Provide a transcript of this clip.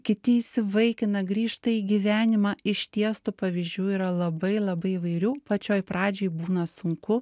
kiti įsivaikina grįžta į gyvenimą išties tų pavyzdžių yra labai labai įvairių pačioj pradžioj būna sunku